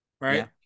right